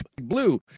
Blue